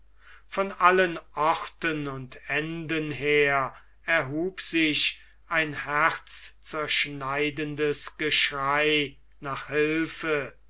von allen orten und enden her erhub sich ein herzzerschneidendes geschrei nach hilfe